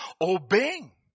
Obeying